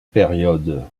période